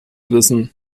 wissen